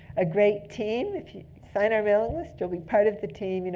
a great team. if you sign our mailing list, you'll be part of the team, you know